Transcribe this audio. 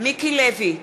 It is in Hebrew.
מיקי לוי,